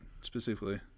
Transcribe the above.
specifically